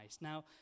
Now